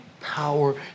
power